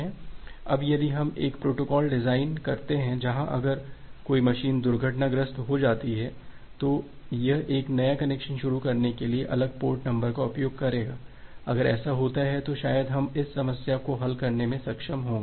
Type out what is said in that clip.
अब यदि हम एक प्रोटोकॉल डिज़ाइन करते हैं जहां अगर कोई मशीन दुर्घटनाग्रस्त हो जाती है तो यह एक नया कनेक्शन शुरू करने के लिए अलग पोर्ट नंबर का उपयोग करेगा अगर ऐसा होता है तो शायद हम इस समस्या को हल करने में सक्षम होंगे